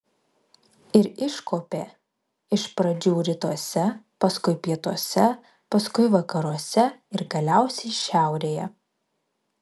ir iškuopė iš pradžių rytuose paskui pietuose paskui vakaruose ir galiausiai šiaurėje